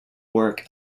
work